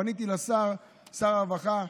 פניתי לשר הרווחה,